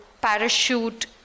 parachute